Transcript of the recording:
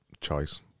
choice